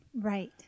Right